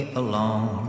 alone